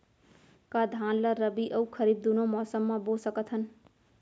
का धान ला रबि अऊ खरीफ दूनो मौसम मा बो सकत हन?